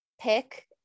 pick